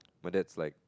my dad's like